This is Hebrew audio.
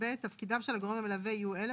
(ב)תפקידיו של הגורם המלווה יהיו אלה,